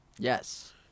Yes